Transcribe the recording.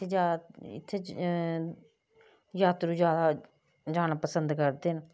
इत्थै जाद इत्थै यात्रु जैदा जाना पसंद करदे न